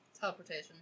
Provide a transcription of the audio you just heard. Teleportation